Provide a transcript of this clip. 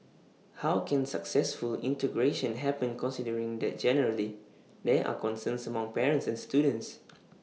how can successful integration happen considering that generally there are concerns among parents and students